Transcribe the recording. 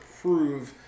prove